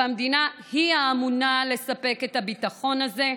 והמדינה היא האמונה לספק את הביטחון הזה.